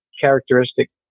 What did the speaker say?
characteristic